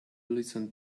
listen